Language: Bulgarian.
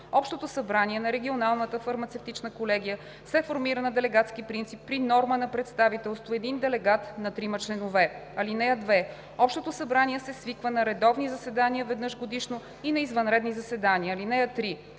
Общото събрание на регионалната фармацевтична колегия се формира на делегатски принцип при норма на представителство един делегат на трима членове. (2) Общото събрание се свиква на редовни заседания веднъж годишно и на извънредни заседания. (3)